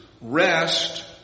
rest